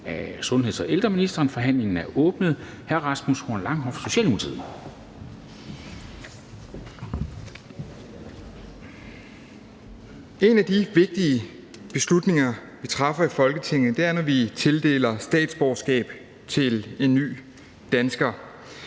En af de vigtige beslutninger, vi træffer i Folketinget, er, når vi tildeler statsborgerskab til en ny dansker.